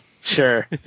Sure